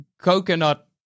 coconut